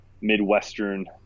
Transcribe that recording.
midwestern